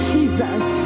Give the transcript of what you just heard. Jesus